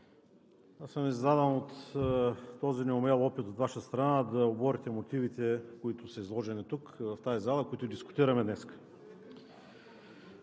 аз съм изненадан от този неумел опит от Ваша страна да оборите мотивите, които са изложени тук, в тази зала, които дискутираме днес.